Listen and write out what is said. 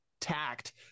tact